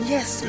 Yes